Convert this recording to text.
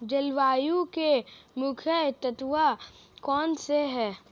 जलवायु के मुख्य तत्व कौनसे हैं?